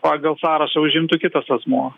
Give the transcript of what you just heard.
pagal sąrašą užimtų kitas asmuo